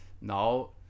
now